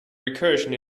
recursion